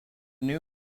new